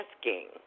asking